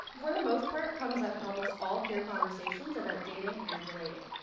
for the most part, comes up in almost all peer conversations about dating and relating.